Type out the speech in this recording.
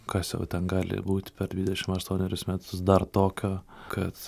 kas jau ten gali būti per dvidešim aštuonerius metus dar tokio kad